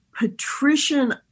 patrician